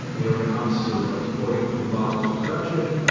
you know when it comes to sort of like deploying new models to production,